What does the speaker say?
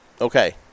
Okay